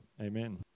Amen